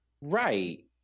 Right